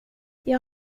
jag